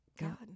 God